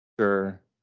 Sure